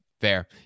fair